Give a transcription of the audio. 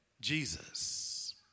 Jesus